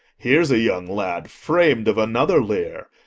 here's a young lad fram'd of another leer.